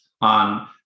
on